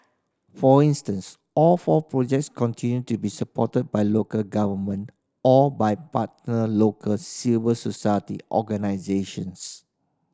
for instance all four projects continue to be supported by local governmented or by partner local civil society organisations